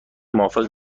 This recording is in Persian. موافق